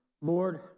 Lord